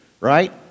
right